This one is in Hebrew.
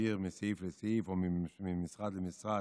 להעביר מסעיף לסעיף או ממשרד למשרד,